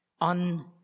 on